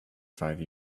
five